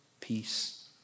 peace